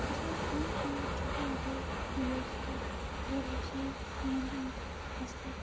अशा अनेक छोटे मोठे व्यवसाय जवळ व्यवसाय म्हणून असतात